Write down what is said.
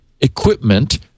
equipment